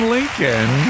Lincoln